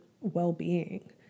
well-being